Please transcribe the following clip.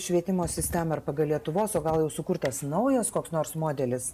švietimo sistemą ar pagal lietuvos o gal jau sukurtas naujas koks nors modelis